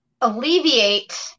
alleviate